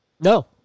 No